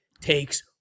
takes